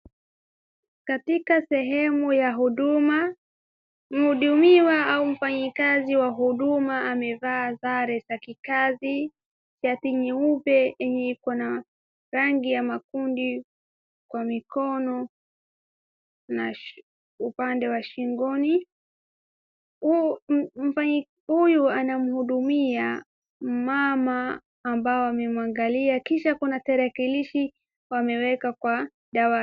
Katika sehemu ya huduma, mhudumiwa au mfanyikazi wa huduma amevaa sare za kikazi, shati nyeupe yenye iko na rangi ya makundi kwa mikono na upande wa shingoni, huyu anamhudumia mama ambaye anamwangalia kisha kuna tarakilishi ameweka kwa dawati.